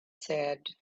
said